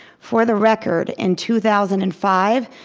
for the record, in two thousand and five,